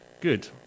Good